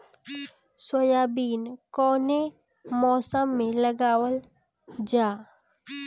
Soybean कौने मौसम में लगावल जा?